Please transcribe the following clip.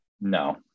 No